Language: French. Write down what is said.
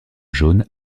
jaunes